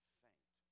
faint